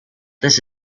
this